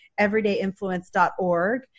everydayinfluence.org